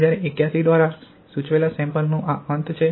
અ 1081 દ્વારા સૂચવેલા સેમ્પલનું અંત